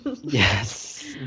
Yes